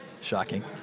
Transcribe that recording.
Shocking